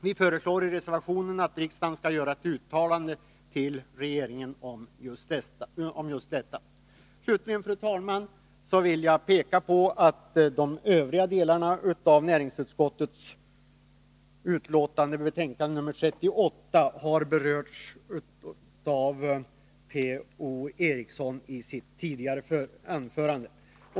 Vi föreslår i reservationen att riksdagen skall göra ett uttalande till regeringen om detta. Slutligen, fru talman, vill jag peka på att övriga delar av näringsutskottets betänkande nr 38 har berörts i P.O. Erikssons anförande.